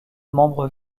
membre